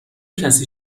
کسی